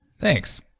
Thanks